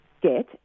get